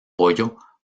pollo